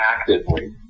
actively